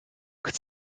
could